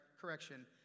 correction